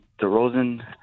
DeRozan